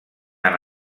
han